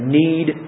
need